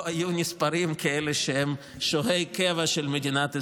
לא היו נספרים ככאלה שהם שוהי קבע של מדינת ישראל.